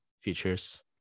features